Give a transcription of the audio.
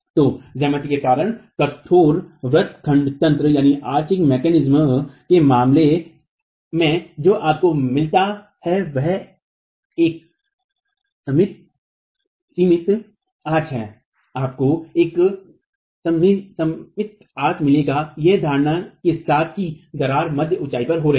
तो ज्यामिति के कारण कठोर व्रत खंड तंत्र के मामले में जो आपको मिलता है वह एक सममित आर्चमेहराब है आपको एक सममित आर्च मिलेगा इस धारणा के साथ कि दरार मध्य ऊंचाई पर हो रही है